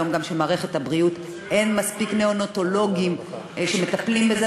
היום למערכת הבריאות אין מספיק נאונטולוגים שמטפלים בזה,